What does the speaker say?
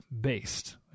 based